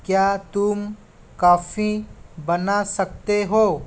क्या तुम कॉफी बना सकते हो